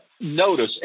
Notice